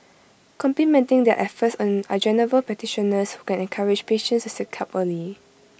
complementing their efforts are general practitioners who can encourage patients to seek help early